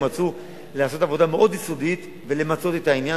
כי הם רצו לעשות עבודה מאוד יסודית ולמצות את העניין,